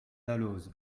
dalloz